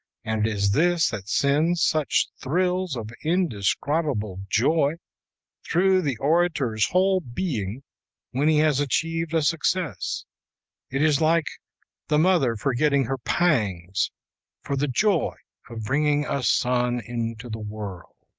and it is this that sends such thrills of indescribable joy through the orator's whole being when he has achieved a success it is like the mother forgetting her pangs for the joy of bringing a son into the world.